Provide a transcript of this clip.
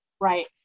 right